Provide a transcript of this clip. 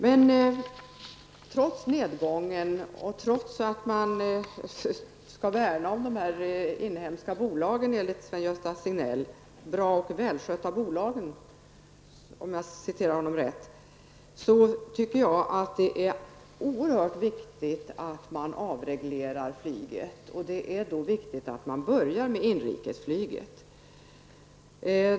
Men trots nedgången och trots att man skall värna om de här inhemska, bra och välskötta bolagen, om jag citerar Sven-Gösta Signell rätt, tycker jag att det är oerhört viktigt att man avreglerar flyget. Då är det viktigt att man börjar med inrikesflyget.